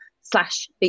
slash